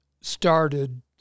started